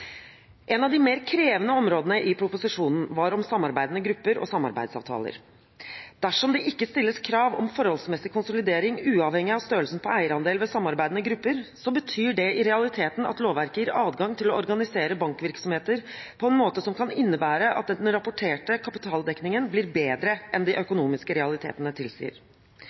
av de mer krevende områdene i proposisjonen var om samarbeidende grupper og samarbeidsavtaler. Dersom det ikke stilles krav om forholdsmessig konsolidering uavhengig av størrelsen på eierandel ved samarbeidende grupper, betyr det i realiteten at lovverket gir adgang til å organisere bankvirksomheter på en måte som kan innebære at den rapporterte kapitaldekningen blir bedre enn de økonomiske realitetene tilsier.